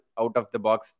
out-of-the-box